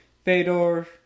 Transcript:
Fedor